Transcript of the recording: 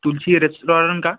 Tulsi restaurant का